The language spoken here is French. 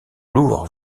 lourd